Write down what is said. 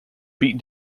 beaten